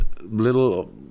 little